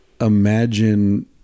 imagine